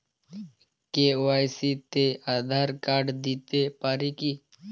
KYC তে Aadhaar card দিতে পারি কি?